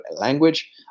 language